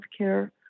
healthcare